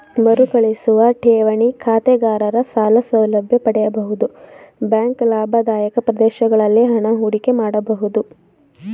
ಮರುಕಳಿಸುವ ಠೇವಣಿ ಖಾತೆದಾರರ ಸಾಲ ಸೌಲಭ್ಯ ಪಡೆಯಬಹುದು ಬ್ಯಾಂಕ್ ಲಾಭದಾಯಕ ಪ್ರದೇಶಗಳಲ್ಲಿ ಹಣ ಹೂಡಿಕೆ ಮಾಡಬಹುದು